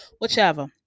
whichever